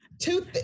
two